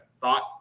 thought